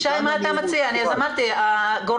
לא אמרתי שזה חל